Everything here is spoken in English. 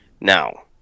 Now